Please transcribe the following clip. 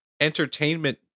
entertainment